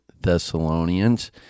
Thessalonians